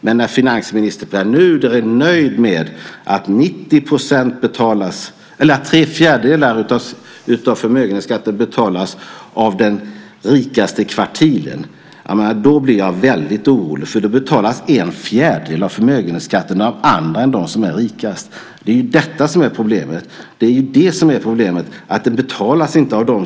Men när finansminister Pär Nuder är nöjd med att tre fjärdedelar av förmögenhetsskatten betalas av den rikaste kvartilen då blir jag väldigt orolig, för då betalas en fjärdedel av förmögenhetsskatten av andra än de som är rikast. Det som är problemet är att skatten inte betalas efter bärkraft.